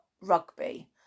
Rugby